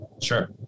Sure